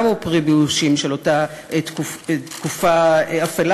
גם הוא פרי באושים של אותה תקופה אפלה